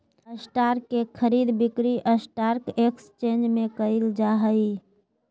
stock के खरीद बिक्री स्टॉक एकसचेंज में क़इल जा हइ